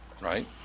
right